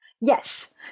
Yes